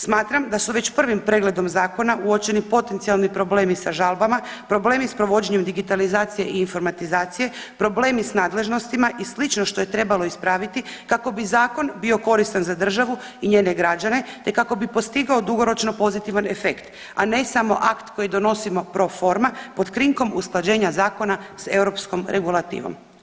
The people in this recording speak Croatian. Smatram da su već prvim pregledom zakona uočeni potencijalni problemi sa žalbama, problemi s provođenjem digitalizacije i informatizacije, problemi s nadležnostima i slično što je trebalo ispraviti kako bi zakon bio koristan za državu i njene građane te kako bi postigao dugoročno pozitivan efekt, a ne samo akt koji donosimo proforma pod krinkom usklađenja zakona sa europskom regulativom.